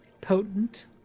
potent